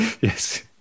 Yes